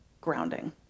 grounding